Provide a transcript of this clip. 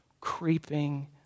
creeping